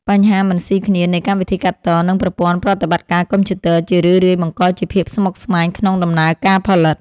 បញ្ហាមិនស៊ីគ្នានៃកម្មវិធីកាត់ត និងប្រព័ន្ធប្រតិបត្តិការកុំព្យូទ័រ ជារឿយៗបង្កជាភាពស្មុគស្មាញក្នុងដំណើរការផលិត។